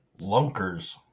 Lunkers